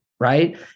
Right